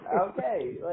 okay